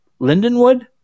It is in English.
Lindenwood